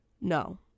No